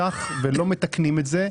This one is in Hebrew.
ולא מתקנים אותו.